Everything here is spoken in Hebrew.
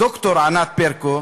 ד"ר ענת ברקו,